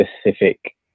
specific